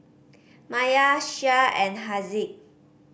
Maya Shah and Haziq